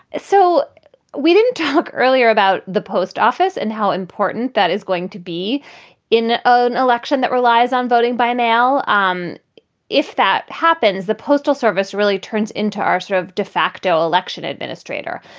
so we didn't talk earlier about the post office and how important that is going to be in an election that relies on voting by mail. um if that happens, the postal service really turns into our sort of de facto election administrator.